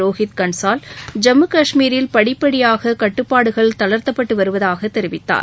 ரோஹித் கன்சால் ஜம்மு காஷ்மீரில் படிபடியாக கட்டுப்பாடுகள் தளர்த்தப்பட்டு வருவதாக தெரிவித்தார்